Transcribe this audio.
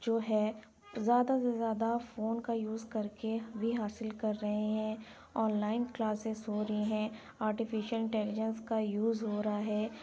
جو ہے زیادہ سے زیادہ فون کا یوز کرکے بھی حاصل کر رہے ہیں آن لائن کلاسیز ہو رہی ہیں آرٹیفیشیل انٹیلیجنس کا یوز ہو رہا ہے